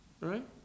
Right